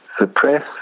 suppress